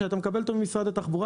שאותו אתה מקבל ממשרד התחבורה.